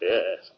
Yes